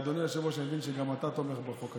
אדוני היושב-ראש, אני מבין שגם אתה תומך בחוק הזה.